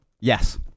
Yes